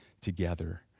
together